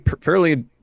fairly